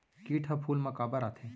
किट ह फूल मा काबर आथे?